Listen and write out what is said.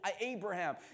Abraham